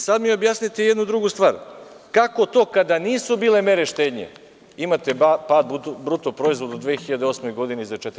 Sada mi objasnite i jednu drugu stvar – kako to kada nisu bile mere štednje, imate pad bruto proizvoda u 2008. godini za 4%